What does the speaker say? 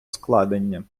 складення